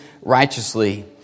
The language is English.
righteously